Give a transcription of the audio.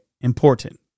important